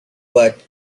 but